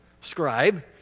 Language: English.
scribe